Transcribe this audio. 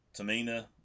Tamina